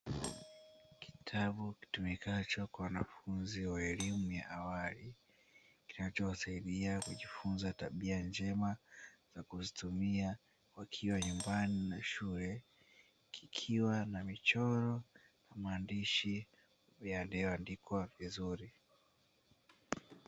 Kitabu kitumikacho kwa wanafunzi wa elimu ya awali, kinachowasaidia kujifunza tabia njema na kuzitumia wakiwa nyumbani na shuleni, kikiwa na michoro na maandishi yaliyoandikwa vizuri.